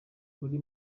buri